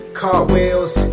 cartwheels